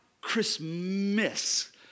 Christmas